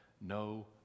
no